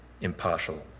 impartial